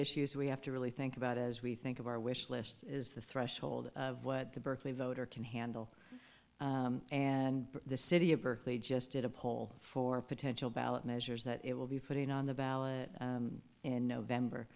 issues we have to really think about as we think of our wish list is the threshold of what the berkeley voter can handle and the city of berkeley just did a poll for potential ballot measures that it will be putting on the ballot in november